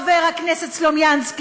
חבר הכנסת סלומינסקי,